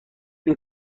این